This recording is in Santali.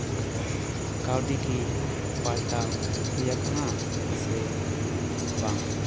ᱠᱟᱹᱣᱰᱤ ᱠᱤ ᱯᱟᱞᱴᱟᱣ ᱦᱩᱭ ᱟᱠᱟᱱᱟ ᱥᱮ ᱵᱟᱝ